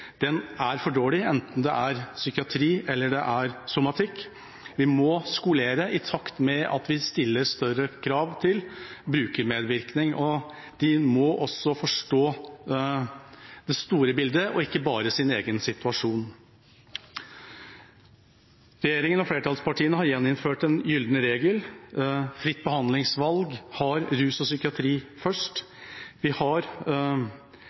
Den er for dårlig, enten det er psykiatri eller det er somatikk. Vi må skolere i takt med at vi stiller større krav til brukermedvirkning, og de må også forstå det store bildet og ikke bare sin egen situasjon. Regjeringen og flertallspartiene har gjeninnført den gylne regel, fritt behandlingsvalg, har rus og psykiatri først, vi har